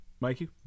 Mikey